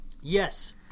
Yes